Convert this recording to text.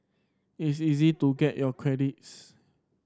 it's easy to get your credits